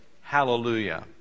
Hallelujah